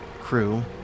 crew